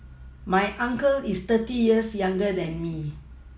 my uncle is thirty years younger than me